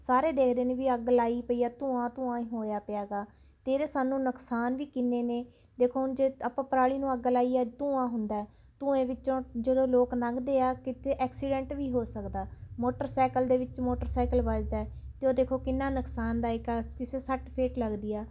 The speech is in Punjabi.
ਸਾਰੇ ਦੇਖਦੇ ਨੇ ਵੀ ਅੱਗ ਲਗਾਈ ਪਈ ਆ ਧੂੰਆਂ ਧੂੰਆਂ ਹੀ ਹੋਇਆ ਪਿਆ ਗਾ ਅਤੇ ਇਹਦੇ ਸਾਨੂੰ ਨੁਕਸਾਨ ਵੀ ਕਿੰਨੇ ਨੇ ਦੇਖੋ ਹੁਣ ਜੇ ਆਪਾਂ ਪਰਾਲੀ ਨੂੰ ਅੱਗ ਲਗਾਈਏ ਧੂੰਆਂ ਹੁੰਦਾ ਹੈ ਧੂੰਏਂ ਵਿੱਚੋਂ ਜਦੋਂ ਲੋਕ ਲੰਘਦੇ ਹੈ ਕਿਤੇ ਐਕਸੀਡੈਂਟ ਵੀ ਹੋ ਸਕਦਾ ਮੋਟਰਸੈਕਲ ਦੇ ਵਿੱਚ ਮੋਟਰਸੈਕਲ ਵੱਜਦਾ ਹੈ ਅਤੇ ਉਹ ਦੇਖੋ ਕਿੰਨਾ ਨੁਕਸਾਨ ਦਾਇਕ ਆ ਕਿਸੇ ਦੇ ਸੱਟ ਫੇਟ ਲੱਗਦੀ ਆ